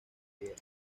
guerra